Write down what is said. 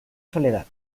soledad